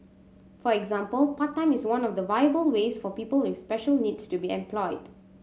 for example part time is one of the viable ways for people with special needs to be employed